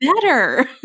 better